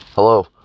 Hello